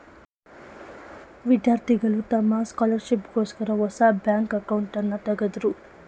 ವಿದ್ಯಾರ್ಥಿಗಳು ತಮ್ಮ ಸ್ಕಾಲರ್ಶಿಪ್ ಗೋಸ್ಕರ ಹೊಸ ಬ್ಯಾಂಕ್ ಅಕೌಂಟ್ನನ ತಗದ್ರು